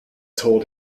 told